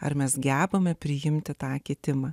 ar mes gebame priimti tą kitimą